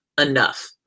enough